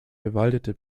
bewaldete